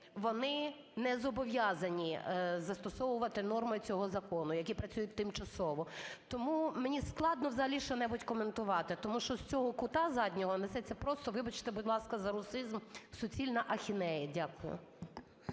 вони не зобов'язані застосовувати норми цього закону, які працюють тимчасово. Тому мені складно взагалі що не будь коментувати, тому що з цього кута заднього несеться просто, вибачте, будь ласка, за русизм суцільна ахінея. Дякую.